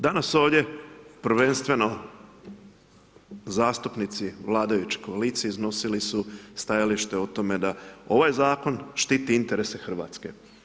Danas ovdje prvenstveno zastupnici vladajuće koalicije iznosili su stajalište o tome da ovaj zakon štiti interese RH.